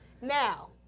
now